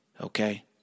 okay